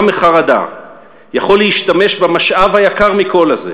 מחרדה יכול להשתמש במשאב היקר מכול הזה,